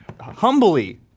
humbly